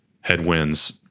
headwinds